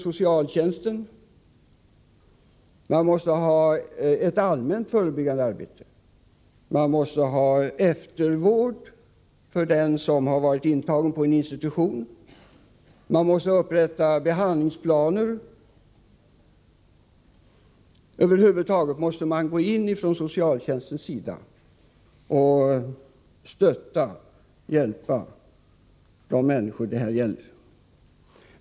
Socialtjänsten måste utföra ett allmänt förebyggande arbete. Det måste finnas eftervård för den som varit intagen på en institution. Man måste upprätta behandlingsplaner. Över huvud taget måste socialtjänsten stödja och hjälpa de människor det här gäller.